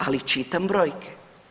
Ali čitam brojke.